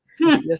Yes